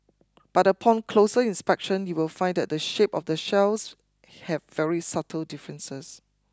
but upon closer inspection you will find that the shape of the shells have very subtle differences